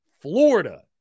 Florida